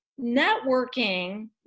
networking